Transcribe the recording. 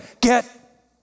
Get